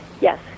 yes